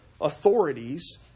authorities